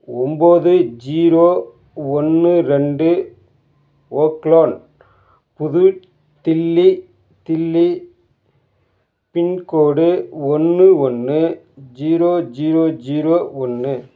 ஒன்போது ஜீரோ ஒன்று ரெண்டு ஓக் லோன் புது தில்லி தில்லி பின்கோடு ஒன்று ஒன்று ஜீரோ ஜீரோ ஜீரோ ஒன்று